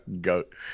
goat